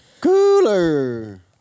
Cooler